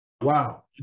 Wow